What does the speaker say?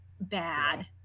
bad